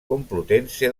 complutense